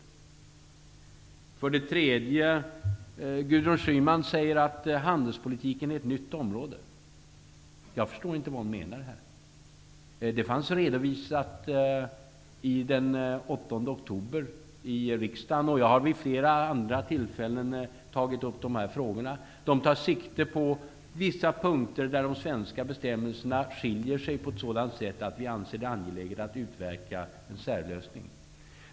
För det tredje: Gudrun Schyman säger att handelspolitiken är ett nytt område. Jag förstår inte vad hon menar. Det fanns redovisat i riksdagen den 8 oktober, och jag har vid flera andra tillfällen tagit upp de frågorna. De tar sikte på vissa punkter där de svenska bestämmelserna skiljer sig på ett sådant sätt att vi anser det angeläget att utverka en särlösning.